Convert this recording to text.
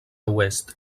oest